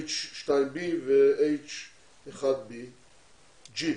B2H -ו 1BG H,